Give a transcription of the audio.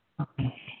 Okay